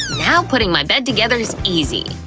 now, putting my bed together's easy.